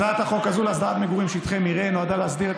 הצעת החוק הזו להסדרת מגורים בשטחי מרעה נועדה להסדיר את